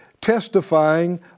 testifying